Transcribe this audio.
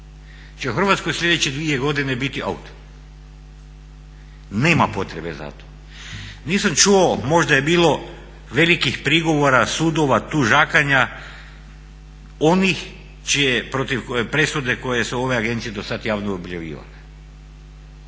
će u Hrvatskoj sljedeće dvije godine biti out. Nema potrebe za to. Nisam čuo, možda je bilo velikih prigovora sudova, tužakanja onih čije, presude koje su ove agencije do sad javno objavljivale.